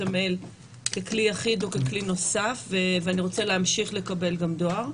המייל ככלי יחיד או ככלי נוסף ואני רוצה להמשיך לקבל דואר.